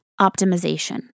optimization